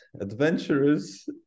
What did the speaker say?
adventurous